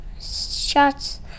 Shots